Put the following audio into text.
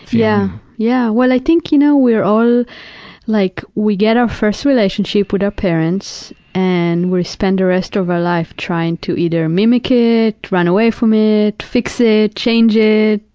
yeah, yeah. well, i think, you know, we're all like, we get our first relationship with our parents and we spend the rest of our life trying to either mimic it, run away from it, fix it, change it,